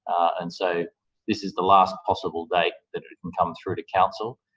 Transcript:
and so, this is the last possible date that it can come through to council,